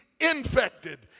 infected